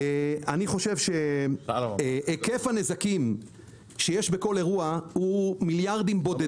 אני חושב שהיקף הנזקים שיש בכל אירוע הוא מיליארדים בודדים.